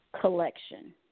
collection